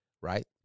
right